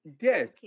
Yes